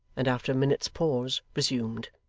and after a minute's pause, resumed